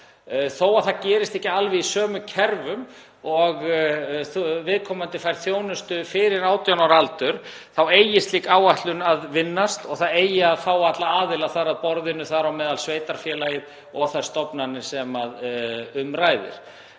Þó að það gerist ekki alveg í sömu kerfum og viðkomandi fær þjónustu fyrir 18 ára aldur þá eigi slík áætlun að vinnast og það eigi að fá alla aðila þar að borðinu, þar á meðal sveitarfélagið og þær stofnanir sem um ræðir.